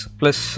plus